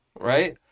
right